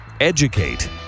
Educate